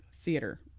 theater